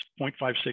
0.56